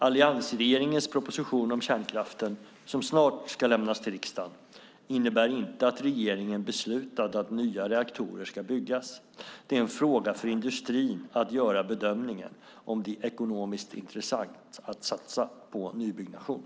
Alliansregeringens proposition om kärnkraften, som snart ska lämnas till riksdagen, innebär inte att regeringen beslutat att nya reaktorer ska byggas. Det är en fråga för industrin att göra bedömningen om det är ekonomiskt intressant att satsa på nybyggnation.